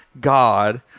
God